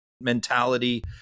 mentality